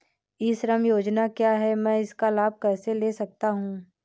ई श्रम योजना क्या है मैं इसका लाभ कैसे ले सकता हूँ?